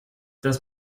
das